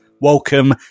Welcome